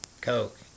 coke